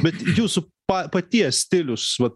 bet jūsų pa paties stilius vat